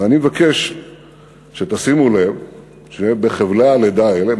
ואני מבקש שתשימו לב שבחבלי הלידה האלה,